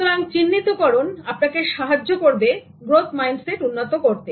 সুতরাং চিহ্নিতকরণ আপনাকে সাহায্য করবে গ্রোথ মাইন্ডসেট উন্নত করতে